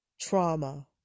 trauma